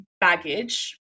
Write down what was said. baggage